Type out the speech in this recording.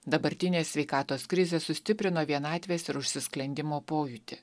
dabartinė sveikatos krizė sustiprino vienatvės ir užsisklendimo pojūtį